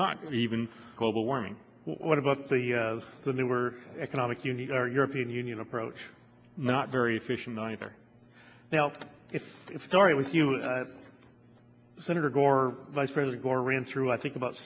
not even global warming what about the the newer economic you need our european union approach not very efficient either now it's starting with you senator gore vice president gore ran through i think about